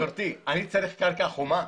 גברתי, אני צריך קרקע חומה?